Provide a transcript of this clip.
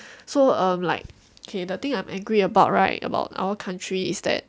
so um like okay the thing I'm angry about right about our country is that